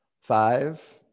Five